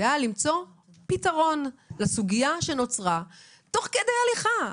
זה היה למצוא פתרון לסוגיה שנוצרה תוך כדי הליכה.